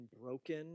broken